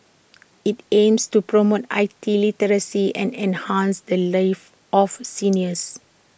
IT aims to promote I T literacy and enhance the lives of seniors